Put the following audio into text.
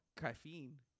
caffeine